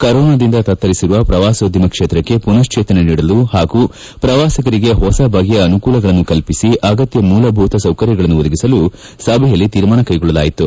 ಕೊರೊನಾದಿಂದ ತತ್ತರಿಸಿರುವ ಪ್ರವಾಸೋದ್ಯಮ ಕ್ಷೇತ್ರಕ್ಷೆ ಪುನಶ್ವೇತನ ನೀಡಲು ಪಾಗೂ ಪ್ರವಾಸಿಗರಿಗೆ ಹೊಸ ಬಗೆಯ ಅನುಕೂಲಗಳನ್ನು ಕಲ್ಲಿಸಿ ಅಗತ್ತ ಮೂಲಭೂತ ಸೌಕರ್ಯಗಳನ್ನು ಒದಗಿಸಲು ಸಭೆಯಲ್ಲಿ ತೀರ್ಮಾನ ಕೈಗೊಳ್ಳಲಾಯಿತು